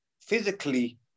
physically